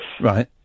Right